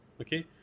okay